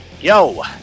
Yo